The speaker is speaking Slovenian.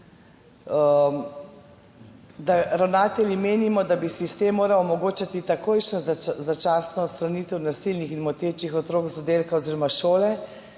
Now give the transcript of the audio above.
»Ravnatelji menimo, da bi sistem moral omogočati takojšnjo začasno odstranitev nasilnih in motečih otrok z oddelka oziroma šole,